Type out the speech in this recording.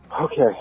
Okay